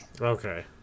Okay